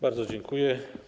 Bardzo dziękuję.